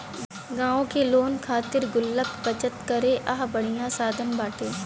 गांव के लोगन खातिर गुल्लक बचत करे कअ बढ़िया साधन बाटे